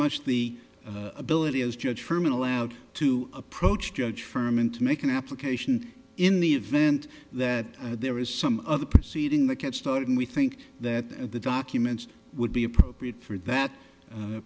much the ability as judge herman allowed to approach judge firm and to make an application in the event that there is some other proceeding that gets started and we think that the documents would be appropriate for that